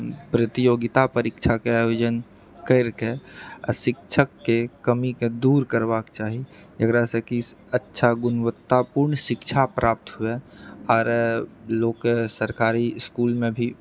प्रतियोगिता परीक्षाके आयोजन करि कऽ आ शिक्षकके कमीके दूर करबाक चाही जेकरासँ कि अच्छा गुणवत्तापूर्ण शिक्षा प्राप्त हुए आर लोक सरकारी इसकुलमे भी